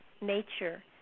nature